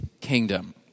kingdom